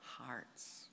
hearts